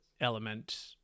Element